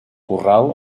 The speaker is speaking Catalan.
corral